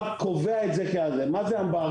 רק קובע את זה מה זה אמברגו?